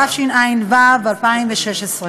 התשע"ו 2016,